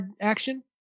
action